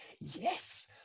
Yes